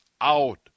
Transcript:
out